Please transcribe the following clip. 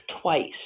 twice